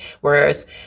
whereas